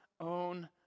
own